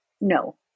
no